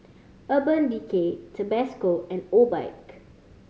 Urban Decay Tabasco and Obike